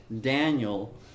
Daniel